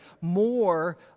more